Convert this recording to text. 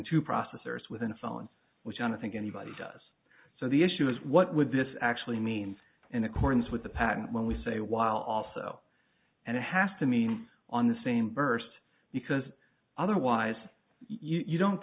two processors within a phone which on i think anybody does so the issue is what would this actually means in accordance with the patent when we say while also and it has to mean on the same burst because otherwise you don't